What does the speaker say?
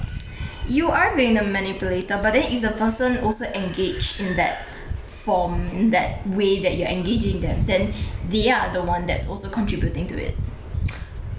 you are being the manipulator but then if the person also engaged in that form that way that you are engaging them then they are the one that's also contributing to it